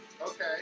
Okay